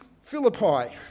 Philippi